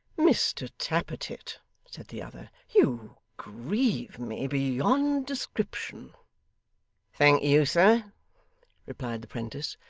mr tappertit said the other, you grieve me beyond description thank you, sir replied the prentice.